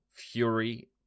Fury